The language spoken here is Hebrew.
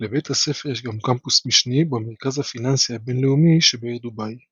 לבית הספר יש גם קמפוס משני במרכז הפיננסי הבינלאומי שבעיר דובאי .